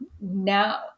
Now